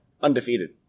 Undefeated